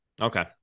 Okay